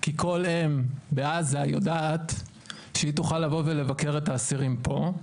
כי כול אם בעזה יודעת שהיא תוכל לבוא ולבקר את האסירים פה,